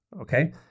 okay